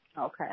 Okay